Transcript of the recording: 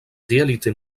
réalités